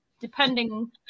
depending